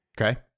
Okay